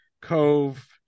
Cove